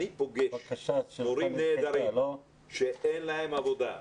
אני פוגש מורים נהדרים שאין להם עבודה.